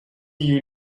you